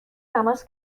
تماس